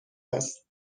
است